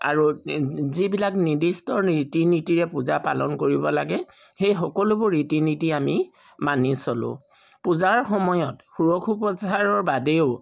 আৰু যিবিলাক নিৰ্দিষ্ট ৰীতি নীতিৰে পূজা পালন কৰিব লাগে সেই সকলোবোৰ ৰীতি নীতি আমি মানি চলোঁ পূজাৰ সময়ত সুৰখু পচাৰৰ বাদেও